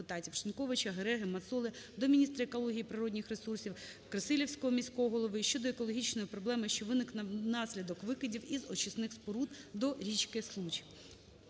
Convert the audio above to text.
до міністра екології і природних ресурсів, Красилівського міського голови щодо екологічної проблеми, що виникла внаслідок викидів із очисних споруд до річки Случ.